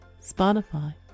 Spotify